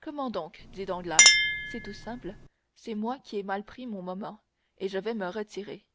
comment donc dit danglars c'est tout simple c'est moi qui ai mal pris mon moment et je vais me retirer